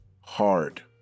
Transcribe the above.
hard